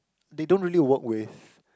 they don't really work with